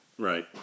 Right